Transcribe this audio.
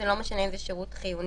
זה לא משנה אם זה שירות חיוני